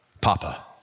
Papa